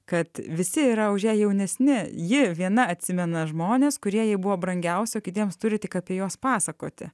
kad visi yra už ją jaunesni ji viena atsimena žmones kurie jai buvo brangiausi o kitiems turi tik apie juos pasakoti